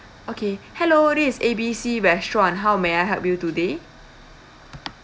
okay hello this is A B C restaurant how may I help you today